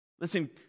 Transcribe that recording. Listen